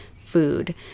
food